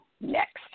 next